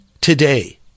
today